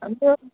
आमच्यो